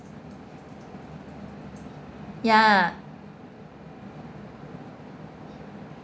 ya